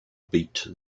beat